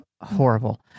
horrible